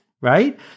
Right